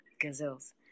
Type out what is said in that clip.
gazelles